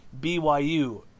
BYU